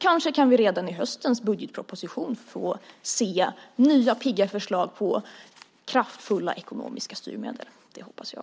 Kanske kan vi redan i höstens budgetproposition få se nya pigga förslag på kraftfulla ekonomiska styrmedel. Det hoppas jag.